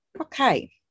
Okay